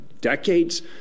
decades